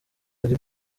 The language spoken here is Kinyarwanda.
ari